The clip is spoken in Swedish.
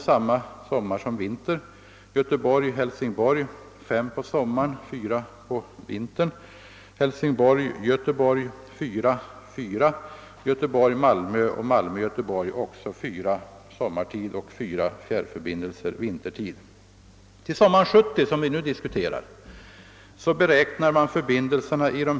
Halmstad— Göteborg trafikerades fyra gånger om dagen både under vintern och sommaren. Göteborg—Hälsingborg hade fem förbindelser på sommaren och fyra på vintern.